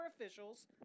officials